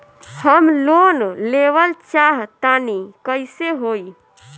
हम लोन लेवल चाह तानि कइसे होई?